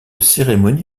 cérémonie